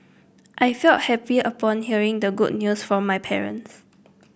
I felt happy upon hearing the good news from my parents